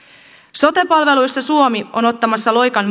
sote palveluissa suomi on ottamassa loikan